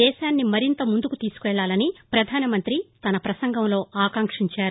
దేశాన్ని మరింత ముందుకు తీసుకెళ్లాలని ప్రధానమంతి తన ప్రసంగంలో ఆకాంక్షించారు